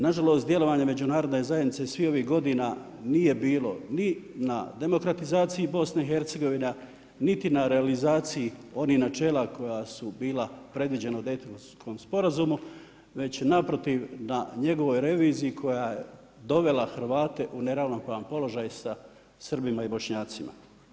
Nažalost, djelovanje međunarodne zajednice svih ovih godina nije bilo ni na demokratizaciji BIH, niti na realizaciji onih načela koja su bila predviđena u Daytonskom sporazumu, već naprotiv, na njegovoj reviziji koja je dovela Hrvate u neravnopravni položaj sa Srbima i Bošnjacima.